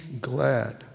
glad